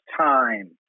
time